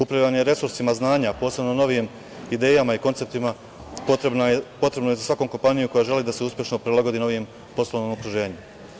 Upravljanje resursima znanja, posebno novijim idejama, konceptima potrebno je svakoj kompaniji koja želi da se uspešno prilagodi novijem poslovnom okruženju.